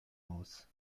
aus